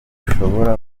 bushobora